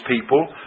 people